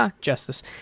justice